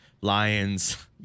Lions